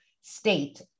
state